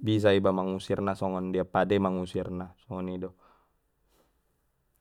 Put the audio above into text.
bisa iba mangusirna songon dia pade mangusirna soni do.